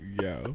Yo